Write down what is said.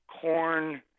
corn